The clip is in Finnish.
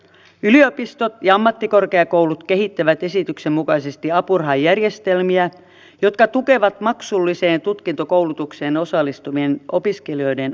yliopistot ja ammattikorkeakoulut kehittävät esityksen mukaisesti apurahajärjestelmiä jotka tukevat maksulliseen tutkintokoulutukseen osallistuvien opiskelijoiden opiskelua